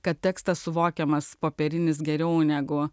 kad tekstas suvokiamas popierinis geriau negu